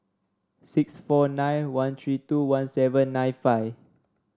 six four nine one three two one seven nine five